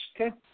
Okay